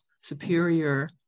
superior